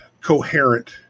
coherent